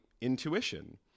intuition